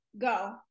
Go